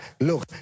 look